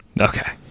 Okay